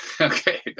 Okay